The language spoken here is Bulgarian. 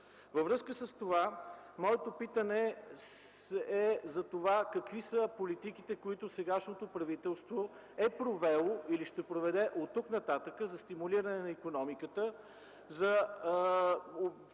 Във връзка с това моето питане е какви са политиките, които сегашното правителство е провело или ще проведе оттук-нататък за стимулиране на икономиката, за